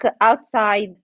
outside